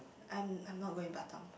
I'm I'm not going Batam